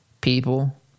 people